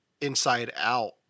inside-out